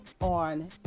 on